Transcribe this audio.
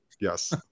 Yes